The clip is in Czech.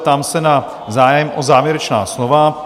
Ptám se na zájem o závěrečná slova?